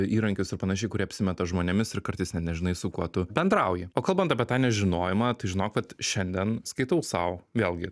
įrankius ir panašiai kurie apsimeta žmonėmis ir kartais net nežinai su kuo tu bendrauji o kalbant apie tą nežinojimą tai žinok kad šiandien skaitau sau vėlgi